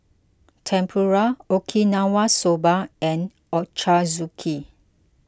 Tempura Okinawa Soba and Ochazuke